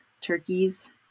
turkeys